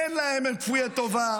אין להם, הם כפויי טובה,